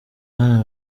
hano